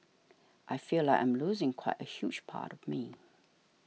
I feel like I'm losing quite a huge part of me